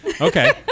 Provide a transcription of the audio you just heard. Okay